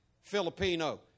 Filipino